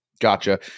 Gotcha